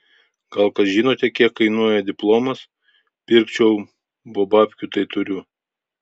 gal kas žinote kiek kainuoja diplomas pirkčiau bo babkių tai turiu